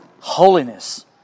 Holiness